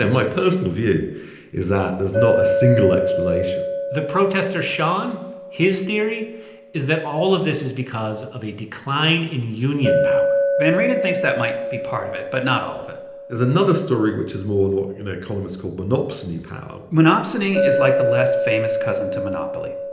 and my personal view is that there's not a single explanation the protester shawn his theory is that all of this is because of a decline in union power van reenen thinks that might be part of it but not all of it there's another story which is more and what economists call monopsony power monopsony is like the less famous cousin to monopoly.